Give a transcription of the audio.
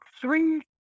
three